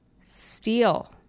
steal